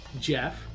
jeff